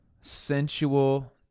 sensual